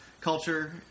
culture